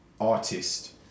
artist